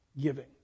giving